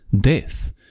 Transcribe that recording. death